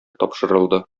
тапшырылды